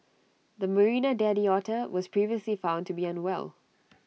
the marina daddy otter was previously found to be unwell